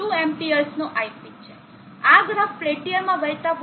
2 Amps નો iP છે આ ગ્રાફ પેલ્ટીઅરમાં વહેતા 1